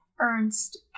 Ernst